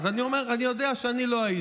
אז אני אומר, אני יודע שאני לא הייתי.